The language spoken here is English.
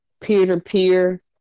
peer-to-peer